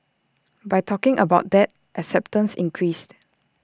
by talking about that acceptance increased